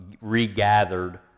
regathered